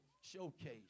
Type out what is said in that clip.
showcase